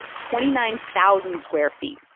twenty nine thousand square feet.